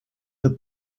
the